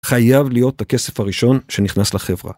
חייב להיות הכסף הראשון שנכנס לחברה.